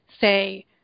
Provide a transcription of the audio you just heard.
say